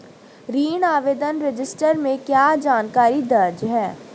ऋण आवेदन रजिस्टर में क्या जानकारी दर्ज है?